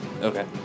Okay